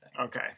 Okay